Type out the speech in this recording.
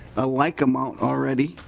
a like amount already.